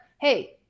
Hey